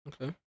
okay